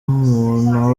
umuntu